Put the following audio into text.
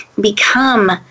become